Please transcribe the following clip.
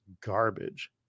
garbage